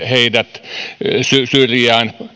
heidät tavallaan syrjään